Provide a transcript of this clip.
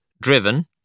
driven